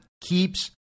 keeps